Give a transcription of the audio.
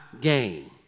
game